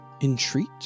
entreat